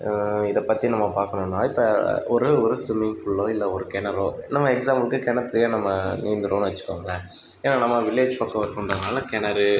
இதை பற்றி நம்ம பார்க்கணும்னா இப்போ ஒரே ஒரு ஸ்விம்மிங் ஃபூலோ இல்லை ஒரு கிணறோ நம்ம எக்ஸாம்பிள்ளுக்கு கிணத்துலயே நம்ம நீந்துறோம்னு வச்சுக்கோங்களேன் ஏன்னால் நம் வில்லேஜ் பக்கம் இருக்கோம்றதுனால கிணறு